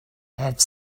have